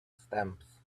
stamps